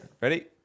Ready